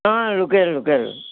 অঁ local local